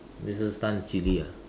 Missus Tan chili ah